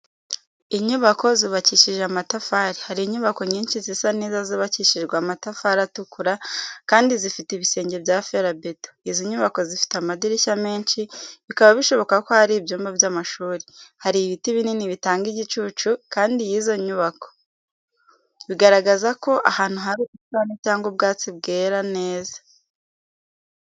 Inyubako zubakishije amatafari hari inyubako nyinshi zisa neza zubakishijwe amatafari atukura kandi zifite ibisenge bya ferabeto. Izi nyubako zifite amadirishya menshi bikaba bishoboka ko ari ibyumba by’amashuri. Hari ibiti binini bitanga igicucu hagati y’izo nyubako, bigaragaza ko ahantu hari ubusitani cyangwa ubwatsi bwera neza.